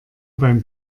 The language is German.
beim